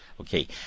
Okay